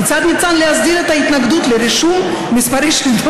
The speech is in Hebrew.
כיצד ניתן להסביר את ההתנגדות לרישום מספרי שלדות